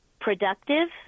productive